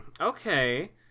Okay